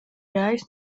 dyes